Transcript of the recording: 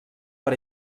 per